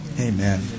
Amen